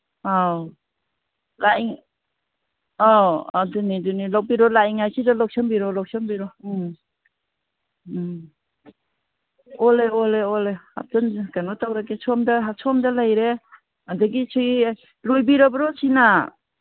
ꯑꯧ ꯑꯧ ꯑꯗꯨꯅꯦ ꯑꯗꯨꯅꯦ ꯂꯧꯕꯤꯔꯣ ꯂꯥꯛꯏꯉꯩꯁꯤꯗ ꯂꯧꯁꯟꯕꯤꯔꯣ ꯂꯧꯁꯟꯕꯤꯔꯣ ꯎꯝ ꯎꯝ ꯑꯣꯜꯂꯦ ꯑꯣꯜꯂꯦ ꯑꯣꯜꯂꯦ ꯀꯩꯅꯣ ꯇꯧꯔꯒꯦ ꯁꯣꯝꯗ ꯁꯣꯝꯗ ꯂꯩꯔꯦ ꯑꯗꯒꯤ ꯁꯤ ꯂꯣꯏꯕꯤꯔꯕ꯭ꯔꯣ ꯁꯤꯅ